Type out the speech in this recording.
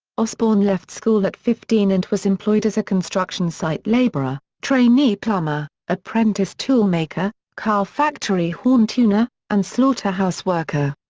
osbourne left school at fifteen and was employed as a construction site labourer, trainee plumber apprentice toolmaker, car factory horn-tuner, and slaughterhouse worker.